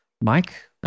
Mike